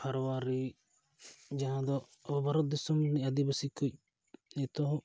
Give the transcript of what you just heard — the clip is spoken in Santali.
ᱯᱷᱟᱨᱣᱟᱨᱤ ᱡᱟᱦᱟᱸ ᱫᱚ ᱟᱵᱚ ᱵᱷᱟᱨᱚᱛ ᱫᱤᱥᱚᱢ ᱨᱤᱱᱤᱡ ᱟᱹᱫᱤᱵᱟᱹᱥᱤ ᱠᱚᱭᱤᱡ ᱮᱛᱚᱦᱚᱵ